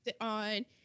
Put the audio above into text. on